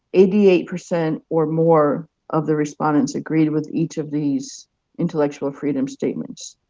eighty eight percent or more of the respondents agreed with each of these intellectual freedom statements,